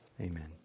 amen